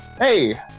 Hey